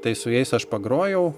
tai su jais aš pagrojau